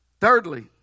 Thirdly